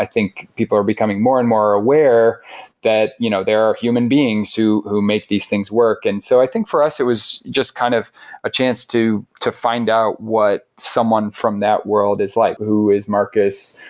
think people are becoming more and more aware that you know there are human beings who who make these things work and so i think for us, it was just kind of a chance to to find out what someone from that world is like, who is marcus,